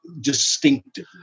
distinctive